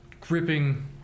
gripping